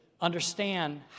Understand